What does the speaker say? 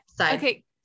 okay